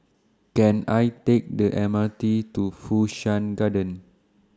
Can I Take The M R T to Fu Shan Garden